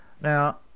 Now